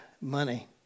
money